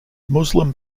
muslim